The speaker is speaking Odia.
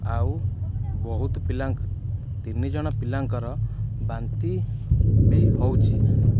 ଆଉ ବହୁତ ପିଲାଙ୍କୁ ତିନିଜଣ ପିଲାଙ୍କର ବାନ୍ତି ବି ହେଉଛି